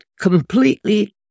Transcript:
completely